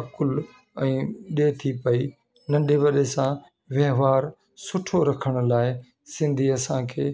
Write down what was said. अकुल ऐं ॾिए थी पई नंढे वॾे सां वहिंवार सुठो रखण लाइ सिंधी असांखे